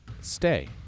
Stay